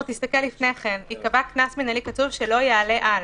ייקבע קנס מינהלי קצוב שלא יעלה על",